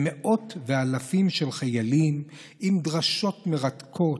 למאות ואלפים של חיילים, עם דרשות מרתקות,